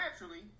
naturally